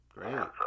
Great